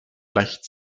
leicht